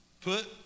put